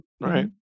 Right